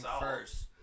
first